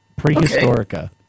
Prehistorica